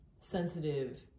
sensitive